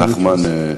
נחמן?